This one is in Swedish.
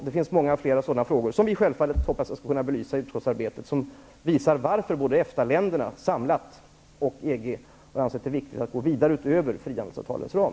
Det finns många fler sådana frågor som vi självfallet hoppas skall belysas i utskottsarbetet. De visar varför både EFTA länderna och EG anser att det är viktigt att gå vidare utöver frihandelsavtalets ram.